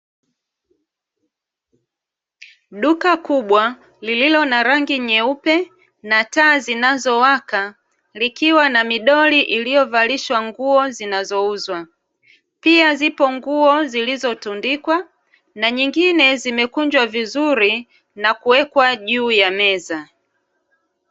Duka kubwa lililo na rangi nyeupe na taa zinazowaka likiwa na midoli iliyovalishwa nguo zinazouzwa. Pia zipo nguo zilizotundikwa na nyingine zimekunjwa vizuri na kuwekwa juu ya meza.